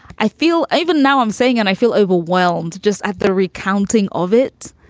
i feel even now i'm saying and i feel overwhelmed just at the recounting of it.